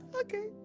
Okay